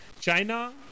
China